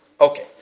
Okay